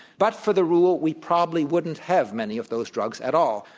but for the rule, we probably wouldn't have many of those drugs at all,